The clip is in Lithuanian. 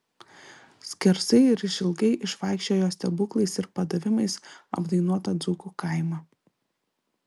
skersai ir išilgai išvaikščiojo stebuklais ir padavimais apdainuotą dzūkų kaimą